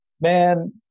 man